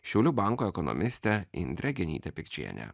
šiaulių banko ekonomistė indrė genytė pikčienė